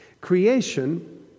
Creation